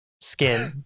skin